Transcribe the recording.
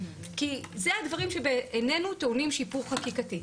כי אלה הדברים שבעינינו טעונים שיפור חקיקתי.